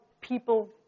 people